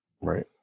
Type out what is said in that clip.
Right